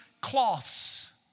cloths